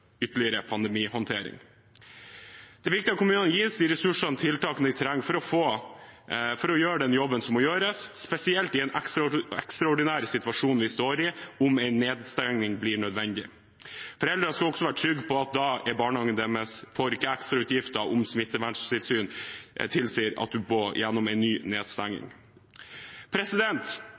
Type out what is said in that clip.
ytterligere pandemihåndtering. Det er viktig at kommunene gis de ressursene og tiltakene de trenger for å gjøre den jobben som må gjøres – spesielt i den ekstraordinære situasjonen vi står i – om en nedstengning blir nødvendig. Foreldre skal også være trygge på at barnehagen ikke får ekstrautgifter om smittevernhensyn tilsier at en må gjennom en ny